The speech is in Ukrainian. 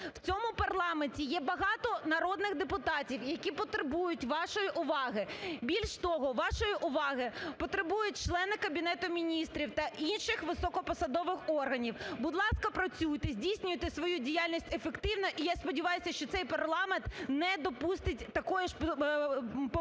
в цьому парламенті є багато народних депутатів, які потребують вашої уваги. Більше того, вашої уваги потребують члени Кабінету Міністрів та інших високопосадових органів, будь ласка, працюйте, здійснюйте свою діяльність ефективно. І я сподіваюся, що цей парламент не допустить такої ж помилки як